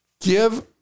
give